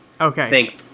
Okay